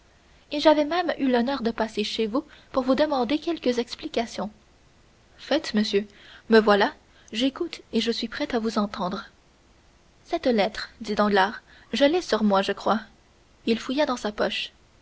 et j'avais même eu l'honneur de passer chez vous pour vous demander quelques explications faites monsieur me voilà j'écoute et suis prêt à vous entendre cette lettre dit danglars je l'ai sur moi je crois il fouilla dans sa poche